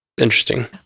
Interesting